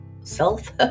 self